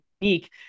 unique